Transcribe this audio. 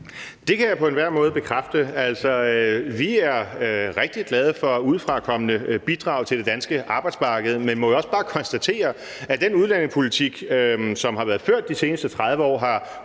Det kan jeg på enhver måde bekræfte. Vi er rigtig glade for udefrakommende bidrag til det danske arbejdsmarked, men må jo også bare konstatere, at den udlændingepolitik, som har været ført de seneste 30 år, har